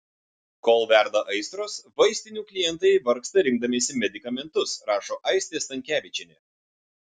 kol verda aistros vaistinių klientai vargsta rinkdamiesi medikamentus rašo aistė stankevičienė